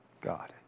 God